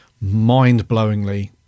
mind-blowingly